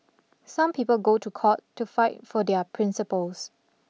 some people go to court to fight for their principles